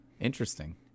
interesting